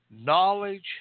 knowledge